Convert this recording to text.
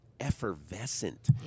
effervescent